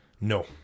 no